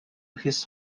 his